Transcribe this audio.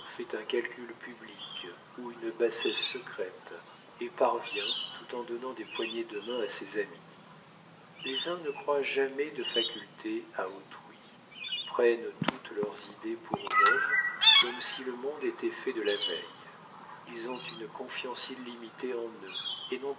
fait un calcul public ou une bassesse secrète et parvient tout en donnant des poignées de main à ses amis les uns ne croient jamais de facultés à autrui prennent toutes leurs idées pour neuves comme si le monde était fait de la veille ils ont une confiance illimitée en eux et n'ont